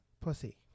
pussy